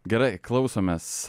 gerai klausomės